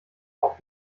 auch